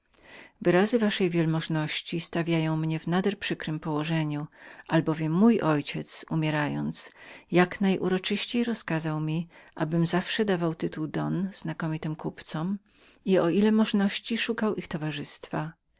wyrazy te waszej wielmożności stawiają mnie w nader przykrem położeniu albowiem mój ojciec umierając jak najuroczyściej rozkazał mi abym zawsze dawał tytuł don znakomitym kupcom i o ile możności szukał ich towarzystwa